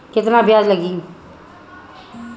केतना ब्याज लागी?